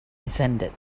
descended